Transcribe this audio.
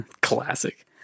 Classic